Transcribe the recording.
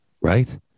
Right